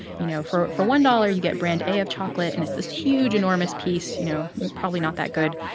you know, for for one dollars, you get brand a of chocolate and it's this huge, enormous piece, you know, probably not that good.